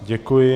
Děkuji.